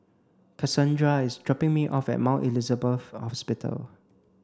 Cassondra is dropping me off at Mount Elizabeth Hospital